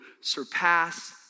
surpass